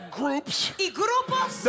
groups